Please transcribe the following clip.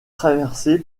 traversé